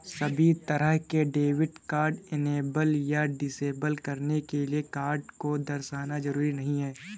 सभी तरह के डेबिट कार्ड इनेबल या डिसेबल करने के लिये कार्ड को दर्शाना जरूरी नहीं है